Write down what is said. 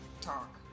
talk